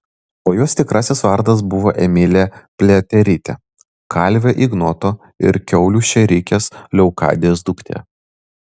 o jos tikrasis vardas buvo emilija pliaterytė kalvio ignoto ir kiaulių šėrikės leokadijos duktė